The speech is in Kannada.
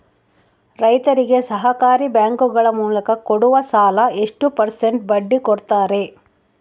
ರೈತರಿಗೆ ಸಹಕಾರಿ ಬ್ಯಾಂಕುಗಳ ಮೂಲಕ ಕೊಡುವ ಸಾಲ ಎಷ್ಟು ಪರ್ಸೆಂಟ್ ಬಡ್ಡಿ ಕೊಡುತ್ತಾರೆ?